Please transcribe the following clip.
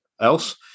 else